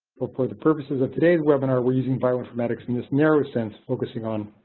for for the purposes of today's webinar we're using bioinformatics in this narrower sense focusing on